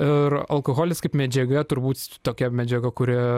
ir alkoholis kaip medžiaga turbūt tokia medžiaga kuri